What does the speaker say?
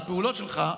לפעולות שלך,